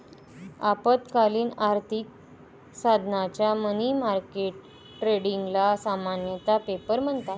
अल्पकालीन आर्थिक साधनांच्या मनी मार्केट ट्रेडिंगला सामान्यतः पेपर म्हणतात